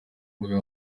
mbuga